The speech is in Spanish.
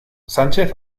sánchez